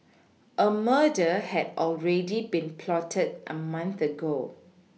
a murder had already been plotted a month ago